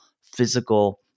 physical